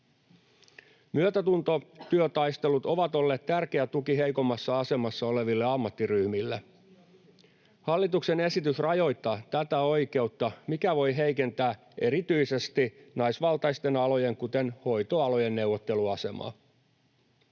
Myötätuntotyötaistelut ovat olleet tärkeä tuki heikommassa asemassa oleville ammattiryhmille. Hallituksen esitys rajoittaa tätä oikeutta, mikä voi heikentää erityisesti naisvaltaisten alojen, kuten hoitoalojen, neuvotteluasemaa.